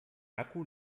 akku